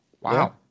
Wow